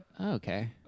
okay